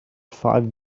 five